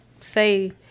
say